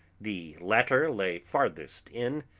the latter lay farthest in,